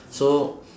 so